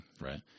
right